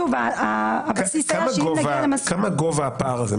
כמה גובה הפער הזה?